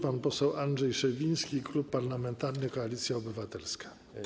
Pan poseł Andrzej Szewiński, Klub Parlamentarny Koalicja Obywatelska.